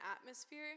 atmosphere